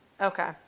Okay